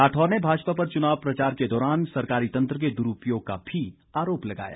राठौर ने भाजपा पर चुनाव प्रचार के दौरान सरकारी तंत्र के द्रुपयोग का भी आरोप लगाया